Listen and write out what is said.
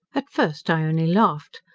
at first i only laughed,